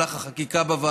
במהלך החקיקה בוועדה.